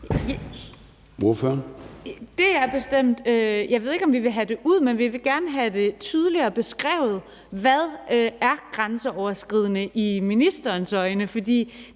Daugaard (LA): Jeg ved ikke, om vi vil have det ud, men vi vil gerne have tydeligere beskrevet, hvad der er grænseoverskridende i ministerens øjne, for